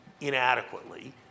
inadequately